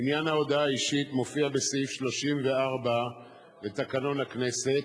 עניין ההודעה האישית מופיע בסעיף 34 לתקנון הכנסת,